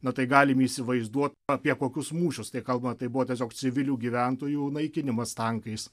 na tai galim įsivaizduot apie kokius mūšius tai kalba tai buvo tiesiog civilių gyventojų naikinimas tankais